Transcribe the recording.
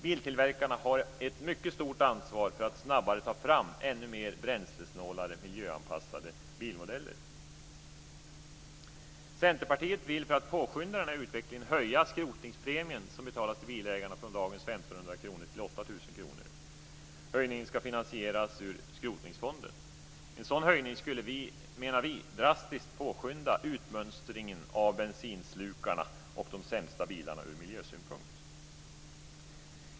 Biltillverkarna har ett mycket stort ansvar för att snabbare ta fram ännu mer bränslesnåla miljöanpassade bilmodeller. Centerpartiet vill för att påskynda denna utveckling höja skrotningspremien, som betalas till bilägarna, från dagens 1 500 kr till 8 000 kr. Höjningen ska finansieras av skrotningsfonden. En sådan höjning skulle, menar vi, drastiskt påskynda utmönstringen av bensinslukarna och de sämsta bilarna ur miljösynpunkt.